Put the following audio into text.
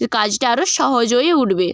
কাজটা আরও সহজ হয়ে উঠবে